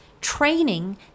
training